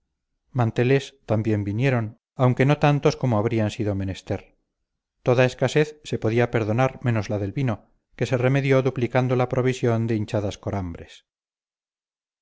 manteles también vinieron aunque no tantos como habrían sido menester toda escasez se podía perdonar menos la del vino que se remedió duplicando la provisión de hinchadas corambres